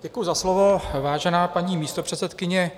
Děkuji za slovo, vážená paní místopředsedkyně.